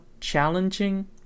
challenging